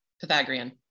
Pythagorean